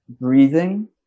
breathing